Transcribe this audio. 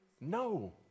No